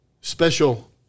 special